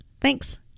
Thanks